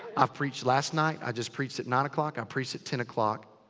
i've preached last night. i just preached at nine o'clock. i preached at ten o'clock.